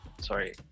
Sorry